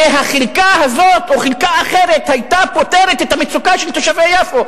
כשהחלקה הזאת או חלקה אחרת היתה פותרת את המצוקה של תושבי יפו,